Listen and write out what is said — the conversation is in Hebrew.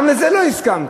גם לזה לא הסכמתם,